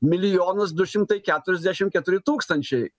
milijonas du šimtai keturiasdešim keturi tūkstančiai